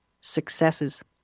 successes